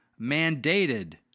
Mandated